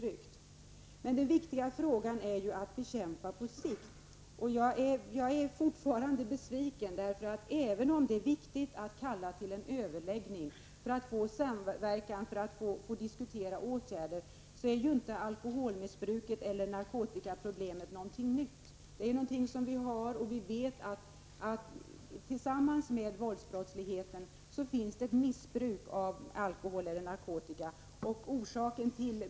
Den viktiga frågan är hur man bekämpar våldsbrotten på sikt, och här är jag fortfarande besviken. Även om det är viktigt att kalla till en överläggning för att få till stånd samverkan och för att diskutera åtgärder, är ju inte alkoholmissbruket eller narkotikamissbruket någonting nytt. Vi vet att våldsbrottsligheten hänger samman med missbruk av alkohol eller narkotika.